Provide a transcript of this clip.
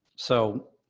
so,